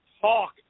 talk